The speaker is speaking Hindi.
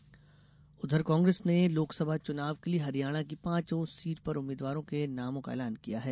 कांग्रेस सूची उधर कांग्रेस ने लोकसभा चुनाव के लिए हरियाणा की पांच सीटों पर उम्मीदवारों के नामों का ऐलान किया है